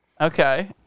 Okay